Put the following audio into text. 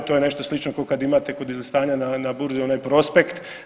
To je nešto slično kao kada imate kod stanja na burzi onaj prospekt.